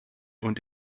und